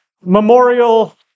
memorial